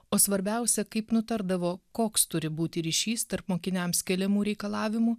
o svarbiausia kaip nutardavo koks turi būti ryšys tarp mokiniams keliamų reikalavimų